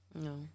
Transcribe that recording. No